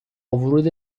ورود